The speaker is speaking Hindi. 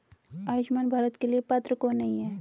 आयुष्मान भारत के लिए कौन पात्र नहीं है?